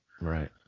Right